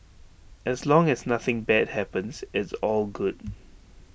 as long as nothing bad happens it's all good